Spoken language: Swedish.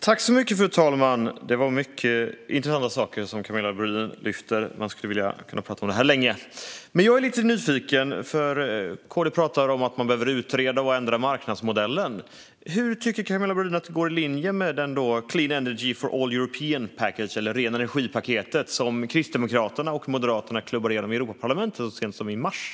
Fru talman! Det var många intressanta saker som Camilla Brodin lyfte fram. Man skulle kunna tala länge om detta! Jag är lite nyfiken, för KD talar om att man behöver utreda och ändra marknadsmodellen. Hur tycker Camilla Brodin att det går ihop med Clean Energy for All Europeans Package - eller ren energi-paketet - som Kristdemokraterna och Moderaterna klubbade igenom i Europaparlamentet så sent som i mars?